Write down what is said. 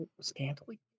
Scantily